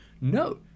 No